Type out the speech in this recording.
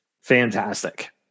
fantastic